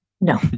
No